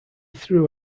threw